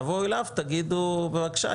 תבואו אליו ותגידו: בבקשה,